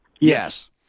Yes